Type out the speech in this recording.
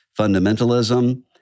fundamentalism